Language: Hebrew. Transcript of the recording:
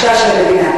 השקעה של המדינה,